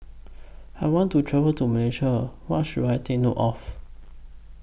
I want to travel to Malaysia What should I Take note of